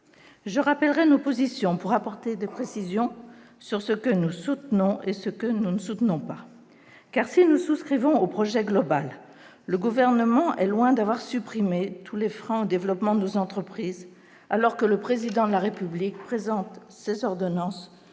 Je rappellerai nos positions, pour apporter des précisions sur ce que nous soutenons et sur ce que nous ne soutenons pas. En effet, si nous souscrivons au projet global, le Gouvernement est loin d'avoir supprimé tous les freins au développement de nos entreprises, alors que le Président de la République présente ces ordonnances